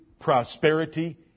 prosperity